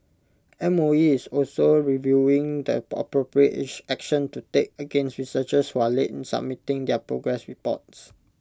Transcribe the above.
M O E is also reviewing the appropriate action to take against researchers who are late in submitting their progress reports